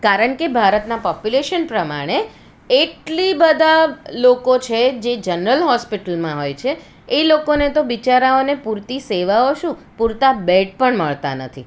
કારણ કે ભારતનાં પોપ્યુલેશન પ્રમાણે એટલી બધા લોકો હોય છે જે જનરલ હોસ્પિટલમાં હોય છે એ લોકોને તો બિચારાઓને પૂરતી સેવાઓ શું પૂરતા બેડ પણ મળતા નથી